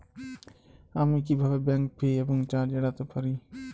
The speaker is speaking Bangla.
আমি কিভাবে ব্যাঙ্ক ফি এবং চার্জ এড়াতে পারি?